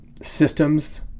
systems